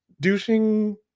douching